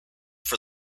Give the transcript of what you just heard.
for